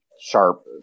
Sharp